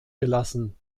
gelassen